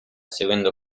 seguendo